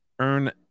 earn